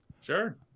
Sure